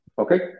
Okay